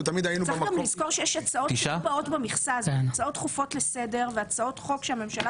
צריך גם לזכור שהצעות דחופות לסדר והצעות חוק שהממשלה